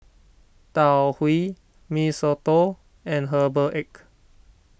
Tau Huay Mee Soto and Herbal Egg